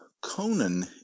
Conan